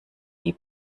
die